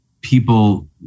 people